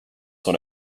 sur